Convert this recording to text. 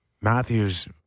Matthews